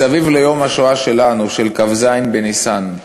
מסביב ליום השואה שלנו, בכ"ז בניסן,